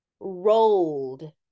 rolled